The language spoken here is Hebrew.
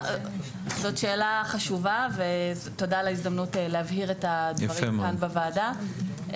זאת שאלה חשובה ותודה על ההזדמנות להבהיר את הדברים כאן בוועדה.